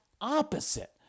opposite